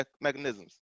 mechanisms